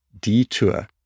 detour